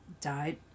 died